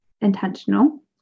intentional